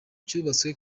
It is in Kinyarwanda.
cyubatswe